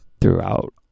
throughout